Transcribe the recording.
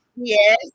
yes